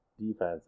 defense